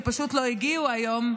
שפשוט לא הגיעו היום,